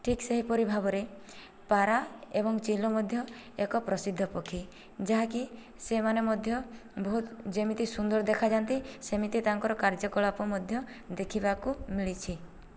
ଠିକ୍ ସେହିପରି ଭାବରେ ପାରା ଏବଂ ଚିଲ ମଧ୍ୟ ଏକ ପ୍ରସିଦ୍ଧ ପକ୍ଷୀ ଯାହାକି ସେମାନେ ମଧ୍ୟ ବହୁତ ଯେମିତି ସୁନ୍ଦର ଦେଖାଯା'ନ୍ତି ସେମିତି ତାଙ୍କର କାର୍ଯ୍ୟକଳାପ ମଧ୍ୟ ଦେଖିବାକୁ ମିଳିଛି